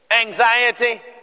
anxiety